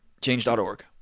change.org